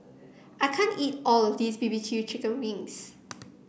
I can't eat all of this B B Q Chicken Wings